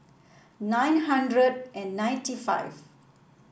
nine hundred and ninety five